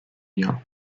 year